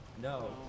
No